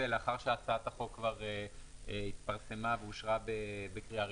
לאחר שהצעת החוק הזאת כבר התפרסמה ואושרה בקריאה ראשונה.